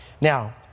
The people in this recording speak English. Now